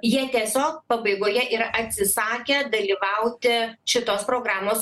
jie tiesiog pabaigoje yra atsisakę dalyvauti šitos programos